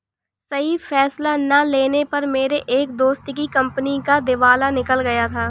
सही फैसला ना लेने पर मेरे एक दोस्त की कंपनी का दिवाला निकल गया था